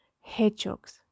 Hedgehogs